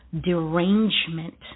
derangement